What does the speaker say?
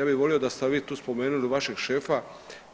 Ja bih volio da ste vi tu spomenuli vašeg šefa